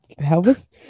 Elvis